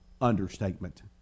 understatement